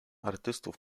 artystów